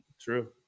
True